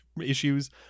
issues